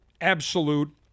absolute